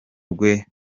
rwe